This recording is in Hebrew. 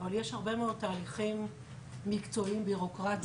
אבל יש הרבה מאוד תהליכים מקצועיים בירוקרטיים